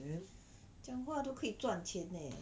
讲话都可以赚钱 leh